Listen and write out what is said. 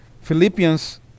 Philippians